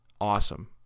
awesome